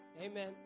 Amen